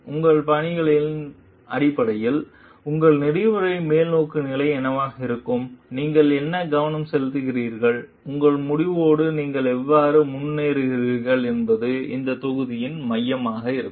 உங்கள் பாணிகளின் அடிப்படையில் உங்கள் நெறிமுறை நோக்குநிலைகள் என்னவாக இருக்கும் நீங்கள் என்ன கவனம் செலுத்துகிறீர்கள் உங்கள் முடிவோடு நீங்கள் எவ்வாறு முன்னேறுகிறீர்கள் என்பது இந்த தொகுதியின் மையமாக இருக்கும்